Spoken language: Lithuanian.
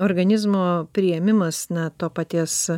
organizmo priėmimas na to paties